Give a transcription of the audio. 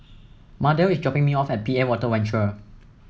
Mardell is dropping me off at P A Water Venture